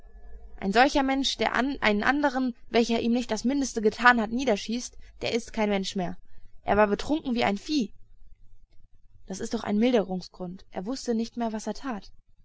ein solcher mann der einen andern welcher ihm nicht das mindeste getan hat niederschießt der ist kein mensch mehr er war betrunken wie ein vieh das ist doch ein milderungsgrund er wußte nicht mehr was er tat